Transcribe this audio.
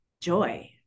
joy